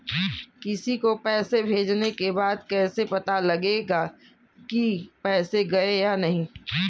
किसी को पैसे भेजने के बाद कैसे पता चलेगा कि पैसे गए या नहीं?